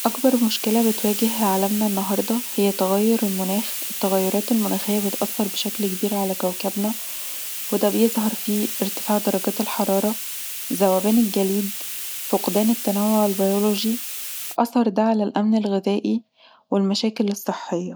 اكبر مشكله بتواجه عالمنا النهارده هي تغير المناخ التغيرات المناخيه بتأثر بشكل كبير علي علي كوكبنا ودا بيظهر في ارتفاع درجات الحرارة، ذوبان الجليد، فقدان التنوع البيولوجي، اثر ده علي الأمن الغذائي، والمشاكل الصحية